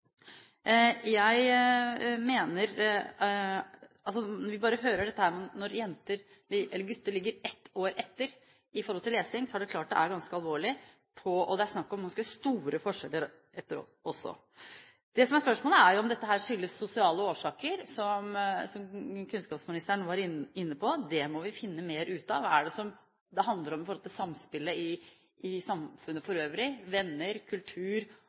år etter i lesing, er det klart at det er ganske alvorlig. Det er snakk om ganske store forskjeller også. Det som er spørsmålet, er om dette har sosiale årsaker, som kunnskapsministeren var inne på. Det må vi finne mer ut av. Hva handler det om i forhold til samspillet i samfunnet for øvrig, som venner, kultur